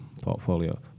portfolio